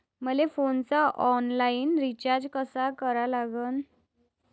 मले फोनचा online recharge कसा करा लागन?